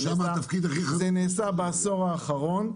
זה נעשה בעשור האחרון,